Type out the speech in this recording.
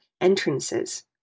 entrances